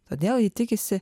todėl ji tikisi